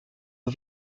aux